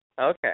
Okay